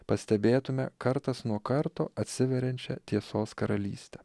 pastebėtume kartas nuo karto atsiveriančią tiesos karalystę